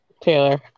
Taylor